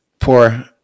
Poor